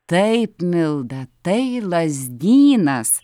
taip milda tai lazdynas